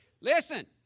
Listen